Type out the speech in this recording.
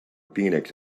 phoenix